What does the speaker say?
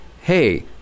hey